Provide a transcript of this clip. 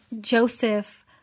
Joseph